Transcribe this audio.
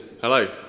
Hello